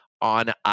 on